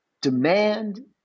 demand